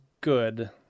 good